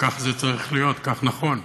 וכך זה צריך להיות, כך נכון,